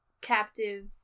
Captive